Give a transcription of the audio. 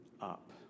up